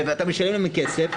אתה משלם להם כסף,